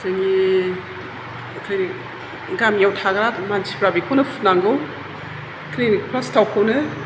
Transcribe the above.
जोंनि गामियाव थाग्रा मानसिफ्रा बेखौनो फुनांगौ ख्लिनिक फ्लास थावखौनो